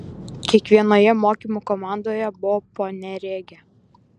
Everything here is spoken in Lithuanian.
kiekvienoje mokymų komandoje buvo po neregę